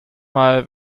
mal